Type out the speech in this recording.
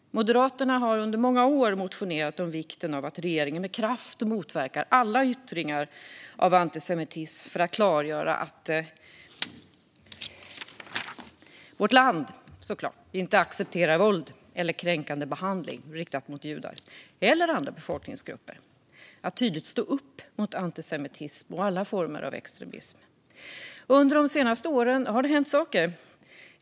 Moderaterna har under många år motionerat om vikten av att regeringen med kraft motverkar alla yttringar av antisemitism för att klargöra att vårt land inte accepterar att våld eller kränkande behandling riktas mot judar eller andra befolkningsgrupper i vårt samhälle och för att tydligt stå upp mot antisemitism och andra former av extremism. Under de senaste åren har det hänt saker.